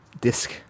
Disc